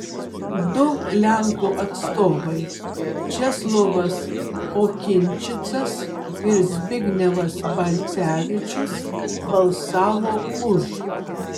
du lenkų atstovai česlovas okinčicas ir zbignevas balcevičius balsavo už